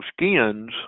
skins